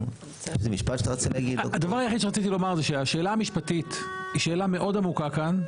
זה שהשאלה המשפטית היא שאלה מאוד עמוקה כאן,